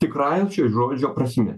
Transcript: tikrąja šio žodžio prasme